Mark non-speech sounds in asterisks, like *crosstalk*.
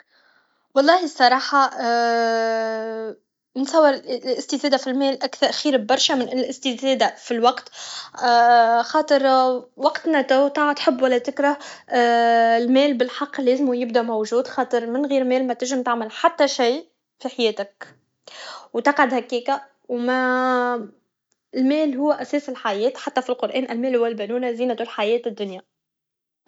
و الله الصراحه *hesitation* نتصور الاستفاده فالمال اكثر خير ييرشه من الاستفاده فالوقت *hesitation* خاطر وقتنا تو تحب و لا تكره *hesitation* المال بالحق لازمو يبدا موجود خاطر من غير مال متنجم تعمل حتى شي فحياتك و تفعد هكاكه *hesitation* المال هو اساس الحياة حتى فالقؤان المال و البنون زينة الحياة الدنيا